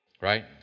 Right